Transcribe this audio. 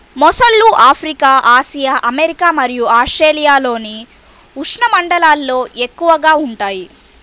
మొసళ్ళు Africa, Asia, America మరియు ఆస్ట్రేలియాలోని ఉష్ణమండలాల్లో ఎక్కువగా ఉంటాయి